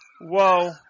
Whoa